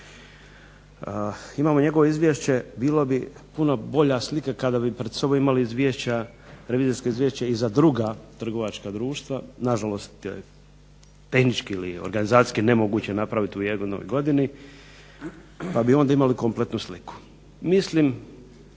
Imamo njegovo izvješće, bilo bi puno bolja slika kada bi pred sobom imali revizorska izvješća za druga trgovačka društva, na žalost, tehnički ili organizacijski nemoguće napraviti u jednoj godini pa bi onda imali kompletnu sliku. Mislim